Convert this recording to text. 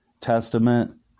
Testament